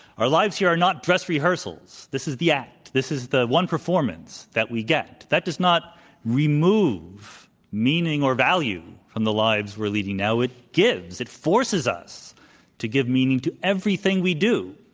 our lives here are not dress rehearsals. this is the act. this is the one performance that we get. that does not remove meaning or value from the lives we're leading now. it gives it forces us to give meaning to everything we do,